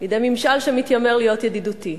בידי ממשל שאמור להיות ידידותי.